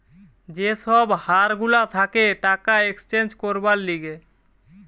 যে সব হার গুলা থাকে টাকা এক্সচেঞ্জ করবার লিগে